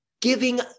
giving